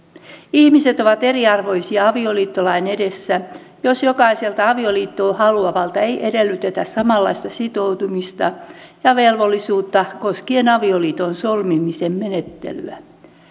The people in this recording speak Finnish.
ihmiset ovat eriarvoisia avioliittolain edessä jos jokaiselta avioliittoa haluavalta ei edellytetä samanlaista sitoutumista ja velvollisuutta koskien avioliiton solmimisen menettelyä